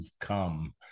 come